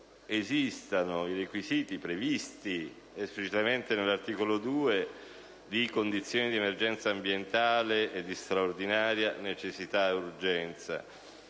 esistano i requisiti, previsti esplicitamente nell'articolo 2, di condizioni di emergenza ambientale e di straordinaria necessità ed urgenza.